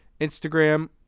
Instagram